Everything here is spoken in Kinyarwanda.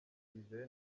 tubyizeye